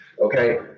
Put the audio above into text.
Okay